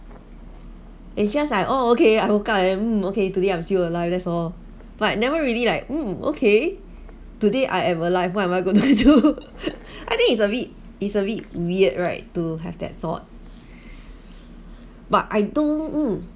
it's just like oh okay I woke up mm today I'm still alive that's all but never really like mm okay today I'm alive what am I going to do I think it's a bit it's a bit weird right to have that thought but I don't mm